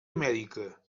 amèrica